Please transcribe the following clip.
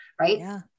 right